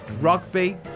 Rugby